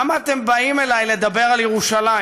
למה אתם באים אלי לדבר על ירושלים?